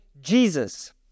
jesus